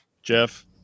Jeff